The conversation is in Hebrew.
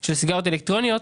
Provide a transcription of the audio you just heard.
של סיגריות אלקטרוניות